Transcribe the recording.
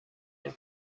این